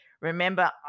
remember